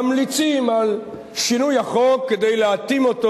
ממליצים על שינוי החוק כדי להתאים אותו